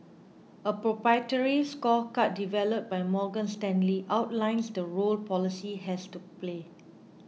a proprietary scorecard developed by Morgan Stanley outlines the role policy has to play